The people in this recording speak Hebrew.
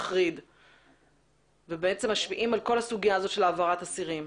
מחריד ובעצם משפיעים על כל הסוגיה הזו של העברת אסירים?